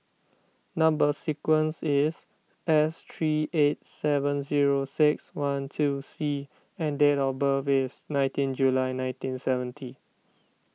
Number Sequence is S three eight seven zero six one two C and date of birth is nineteen July nineteen seventy